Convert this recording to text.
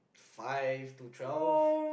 five to twelve